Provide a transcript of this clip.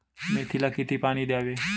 मेथीला किती पाणी द्यावे?